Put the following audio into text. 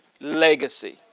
legacy